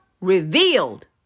revealed